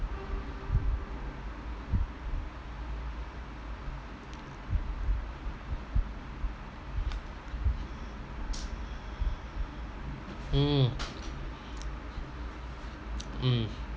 mm